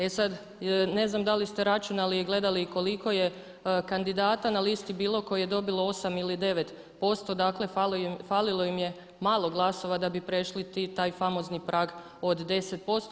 E sad, ne znam da li ste računali i gledali koliko je kandidata na listi bilo koje je dobilo 8 ili 9%, dakle falilo im je malo glasova da bi prešli taj famozni prag od 10%